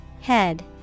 Head